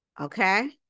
okay